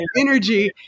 energy